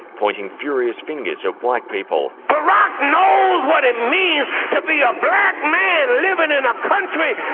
pointing furious fingers at white people. barack knows what it means to be a black man living in a country